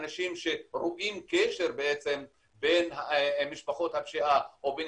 אנשים שרואים קשר בין משפחות הפשיעה או בין